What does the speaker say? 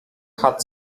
had